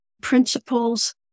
principles